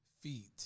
feet